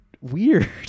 weird